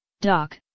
doc